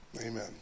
Amen